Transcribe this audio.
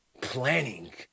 planning